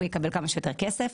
הוא יקבל כמה שיותר כסף.